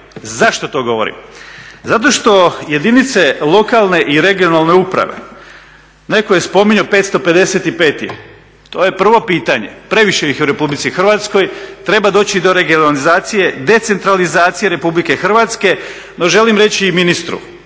Zašto to govorim? Zato što jedinice lokalne i regionalne uprave, netko je spominjao, 555 je, to je prvo pitanje, previše ih je u RH, treba doći do regionalizacije, decentralizacije RH. No želim reći ministru,